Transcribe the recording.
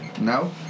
No